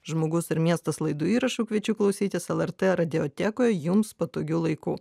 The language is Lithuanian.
žmogus ir miestas laidų įrašų kviečiu klausytis lrt radiotekoje jums patogiu laiku